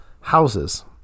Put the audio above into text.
houses